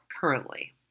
currently